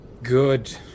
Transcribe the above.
Good